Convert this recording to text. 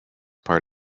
part